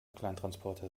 kleintransporter